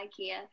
IKEA